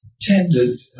tended